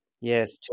Yes